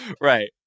Right